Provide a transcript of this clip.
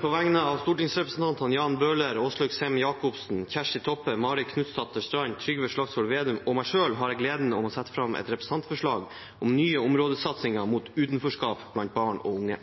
På vegne av stortingsrepresentantene Jan Bøhler, Åslaug Sem-Jacobsen, Kjersti Toppe, Marit Knutsdatter Strand, Trygve Slagsvold Vedum og meg selv har jeg gleden av å framsette et representantforslag om nye områdesatsinger mot utenforskap blant barn og unge.